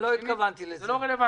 לא התכוונתי לזה.